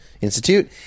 Institute